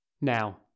Now